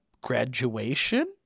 graduation